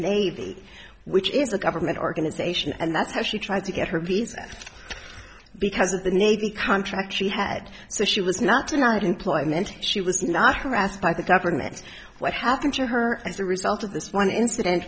navy which is a government organization and that's how she tried to get her visa because of the navy contract she had so she was not denied employment she was not harassed by the government what happened to her as a result of this one incident